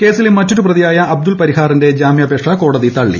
കേസിലെ മറ്റൊരു പ്രതിയായ അബ്ദുൽ പരിഹാറിന്റെയും ജാമ്യാപേക്ഷ കോടതി തള്ളി